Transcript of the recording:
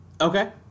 okay